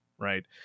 right